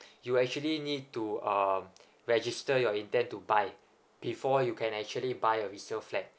you actually need to um register you're intend to buy before you can actually buy a resale flat